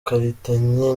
karitanyi